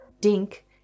Dink